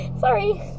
Sorry